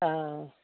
অঁ